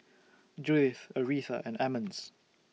Judyth Aretha and Emmons